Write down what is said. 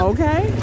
Okay